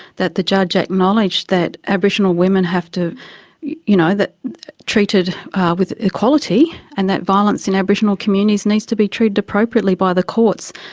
that the judge acknowledged that aboriginal women have to you know be treated with equality and that violence in aboriginal communities needs to be treated appropriately by the courts.